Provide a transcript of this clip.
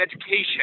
education